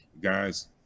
guys